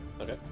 Okay